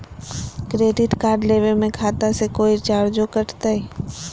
Credit card लेवे में खाता से कोई चार्जो कटतई?